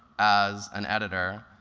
as an editor.